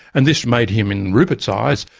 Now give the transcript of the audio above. and this made him in rupert's eyes,